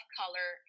color